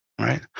right